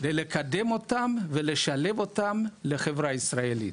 כדי לקדם אותם ולשלב אותם בחברה הישראלית.